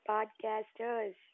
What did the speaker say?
Podcasters